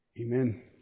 amen